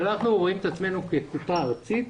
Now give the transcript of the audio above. אנחנו רואים את עצמנו כתפיסה ארצית.